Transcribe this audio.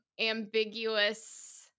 ambiguous